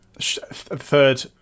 Third